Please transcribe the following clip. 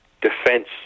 defense